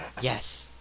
Yes